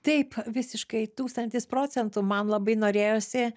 taip visiškai tūkstantis procentų man labai norėjosi